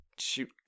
shoot